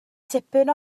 tipyn